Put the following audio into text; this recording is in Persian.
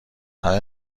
همه